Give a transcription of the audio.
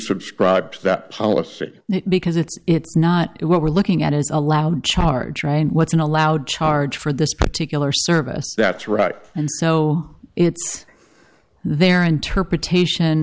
subscribe to that policy because it's it's not what we're looking at is allowed in charge right what's in allowed charge for this particular service that's right and so it's their interpretation